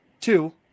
two